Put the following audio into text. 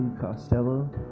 Costello